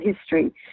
history